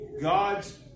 God's